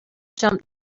jump